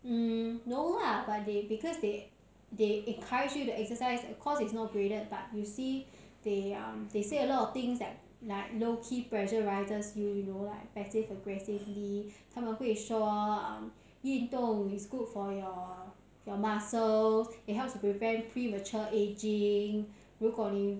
mm no lah but they because they they encourage you to exercise cause of course it's not graded but you see they are they say a lot of things that like low key pressurises you you know like passive aggressively 他们会说 um 运动 is good for your your muscles it helps to prevent premature ageing 如果你